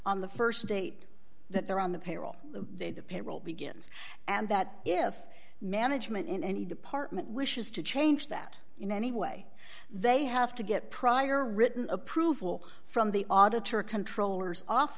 on the st date that they're on the payroll they the payroll begins and that if management in any department wishes to change that in any way they have to get prior written approval from the auditor controllers off